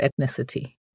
ethnicity